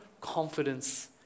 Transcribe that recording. confidence